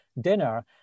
dinner